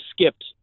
skipped